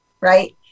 right